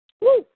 Woo